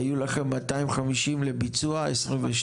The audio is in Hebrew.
היו לכם 250 לביצוע ב-2022?